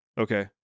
okay